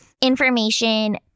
information